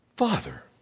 Father